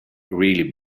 really